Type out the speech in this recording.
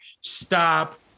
stop